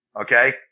Okay